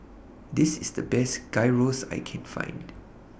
This IS The Best Gyros that I Can Find